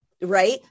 right